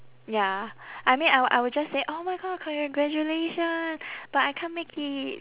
ya I mean I will I will just say oh my god congratulation but I can't make it